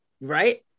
Right